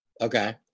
Okay